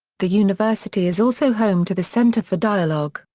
the university is also home to the centre for dialogue,